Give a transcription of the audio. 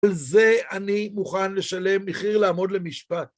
על זה אני מוכן לשלם מחיר לעמוד למשפט.